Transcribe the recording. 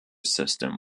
system